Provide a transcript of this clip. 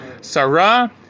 Sarah